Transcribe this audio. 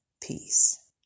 peace